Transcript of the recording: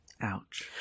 Ouch